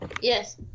Yes